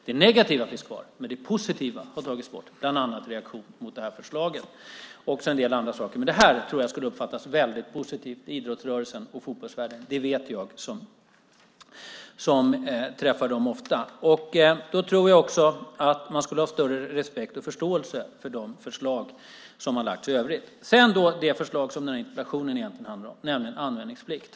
Det negativa finns kvar, men det positiva har dragits bort, bland annat i reaktion mot det här förslaget och också en del andra saker. Men det här tror jag skulle uppfattas väldigt positivt inom idrottsrörelsen och fotbollsvärlden. Det vet jag som träffar dem ofta. Då tror jag också att man skulle ha större respekt och förståelse för de förslag som har lagts fram i övrigt. Interpellationen handlade som sagt var egentligen om anmälningsplikten.